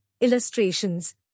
illustrations